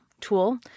tool